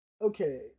Okay